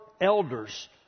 elders